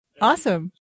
Awesome